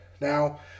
Now